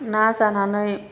ना जानानै